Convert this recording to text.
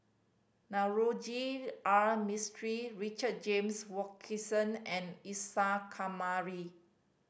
Navroji R Mistri Richard James Wilkinson and Isa Kamari